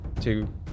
two